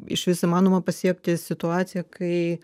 išvis įmanoma pasiekti situaciją kai